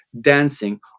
dancing